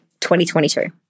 2022